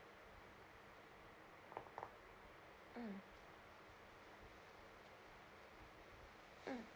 mm mm